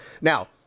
Now